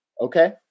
okay